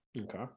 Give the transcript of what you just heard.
Okay